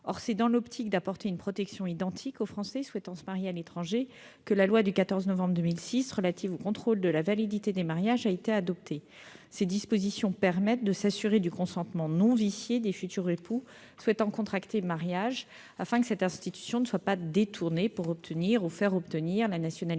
Or c'est dans l'optique d'apporter une protection identique aux Français souhaitant se marier à l'étranger que la loi du 14 novembre 2006 relative au contrôle de la validité des mariages a été adoptée. Il s'agit de s'assurer du consentement non vicié des futurs époux souhaitant contracter mariage, afin que cette institution ne soit pas détournée pour obtenir ou faire obtenir la nationalité